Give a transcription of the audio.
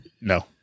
No